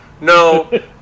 No